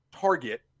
target